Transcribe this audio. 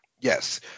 Yes